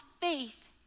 faith